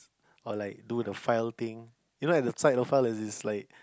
or like do the file thing